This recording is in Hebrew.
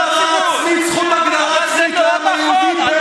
הזכות להגדרה עצמית לעם היהודי בארץ ישראל.